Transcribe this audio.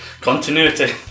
Continuity